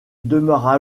demeura